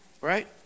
right